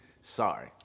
sorry